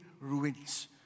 ruins